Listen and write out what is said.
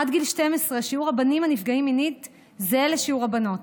עד גיל 12 שיעור הבנים הנפגעים מינית זהה לשיעור הבנות.